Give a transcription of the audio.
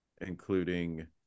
including